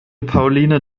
pauline